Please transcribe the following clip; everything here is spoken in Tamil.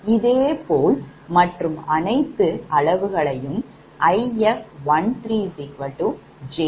இதேபோல் மற்றும் அனைத்து அளவுகளையும் If13j0